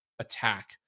attack